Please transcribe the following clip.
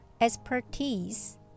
expertise